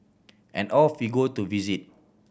and off we go to visit